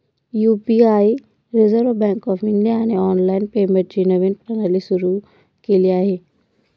UPI reserve bank of इंडियाने online पेमेंटची नवीन प्रणाली सुरू केली आहे